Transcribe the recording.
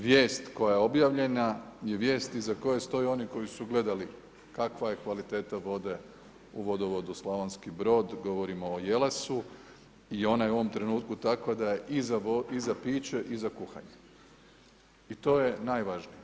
Vijest koja je objavljena i vijest iza koje stoje oni koji su gledali kakva je kvaliteta vode u vodovodu Slavonski Brod, govorimo o Jelasu i ona je u ovom trenutku takva da je i za piće i za kuhanje i to je najvažnije.